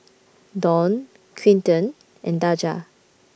Dawne Quinten and Daja